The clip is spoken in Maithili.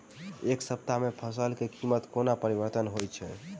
एक सप्ताह मे फसल केँ कीमत कोना परिवर्तन होइ छै?